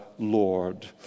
Lord